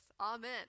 Amen